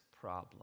problem